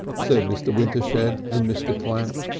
said mr. wintershed and mr. clamp.